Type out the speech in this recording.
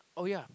oh yeah